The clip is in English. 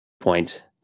point